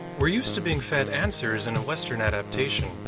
we're used to being fed answers in a western adaptation.